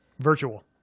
Virtual